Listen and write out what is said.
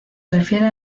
refiere